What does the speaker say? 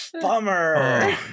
Bummer